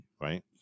right